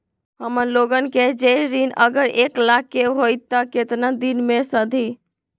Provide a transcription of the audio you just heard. हमन लोगन के जे ऋन अगर एक लाख के होई त केतना दिन मे सधी?